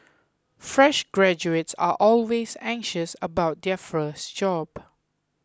fresh graduates are always anxious about their first job